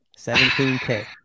17k